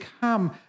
come